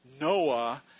Noah